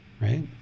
right